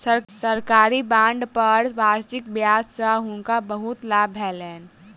सरकारी बांड पर वार्षिक ब्याज सॅ हुनका बहुत लाभ भेलैन